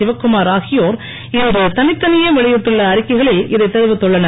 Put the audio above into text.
சிவக்குமார் ஆகியோர் இன்று தனித்தனியே வெளியிட்டுள்ள அறிக்கைகளில் இதை தெரிவித்துள்ளனர்